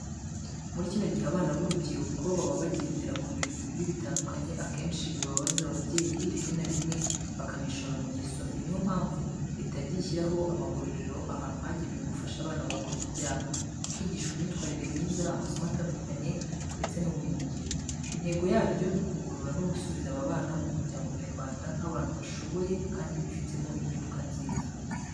Muri kino gihe abana b'urubyiruko baba bagendera mu bintu bibi bitandukanye akenshi bibabaza ababyeyi rimwe na rimwe bakanishora mu ngeso mbi. Ni yo mpamvu leta yagiye ishyiraho amagororero ahantu hagenewe gufasha abana bakoze ibyaha, bakigishwa imyitwarire myiza, amasomo atandukanye ndetse n’ubumenyingiro. Intego yaryo ni ukugorora no gusubiza aba bana mu muryango nyarwanda nk’abantu bashoboye kandi bifitemo impinduka nziza.